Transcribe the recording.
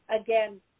Again